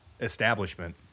establishment